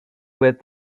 with